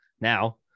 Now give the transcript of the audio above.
now